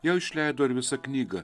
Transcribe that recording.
jau išleido ir visą knygą